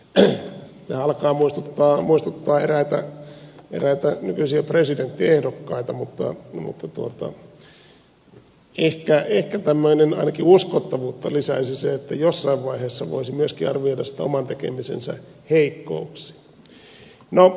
tämä alkaa muistuttaa eräitä nykyisiä presidenttiehdokkaita mutta ehkä ainakin tämmöistä uskottavuutta lisäisi se että jossain vaiheessa voisi myöskin arvioida niitä oman tekemisensä heikkouksia